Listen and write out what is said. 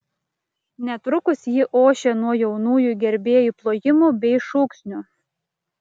netrukus ji ošė nuo jaunųjų gerbėjų plojimų bei šūksnių